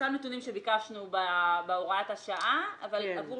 אותם נתונים שביקשנו בהוראת השעה אבל עבור